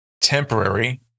temporary